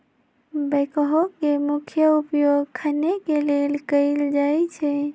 backhoe के मुख्य उपयोग खने के लेल कयल जाइ छइ